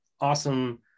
awesome